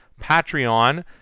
Patreon